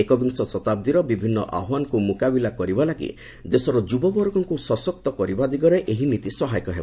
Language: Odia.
ଏକବିଂଶ ଶତାବ୍ଦୀରୁ ବିଭିନ୍ନ ଆହ୍ୱାନକୁ ମୁକାବିଲା କରିବା ଲାଗି ଦେଶର ଯୁବବର୍ଗଙ୍କୁ ସଶକ୍ତ କରିବା ଦିଗରେ ଏହି ନୀତି ସହାୟକ ହେବ